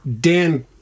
Dan